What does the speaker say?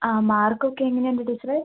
ആ മാർകൊക്കെ എങ്ങനെയുണ്ട് ടീച്ചറേ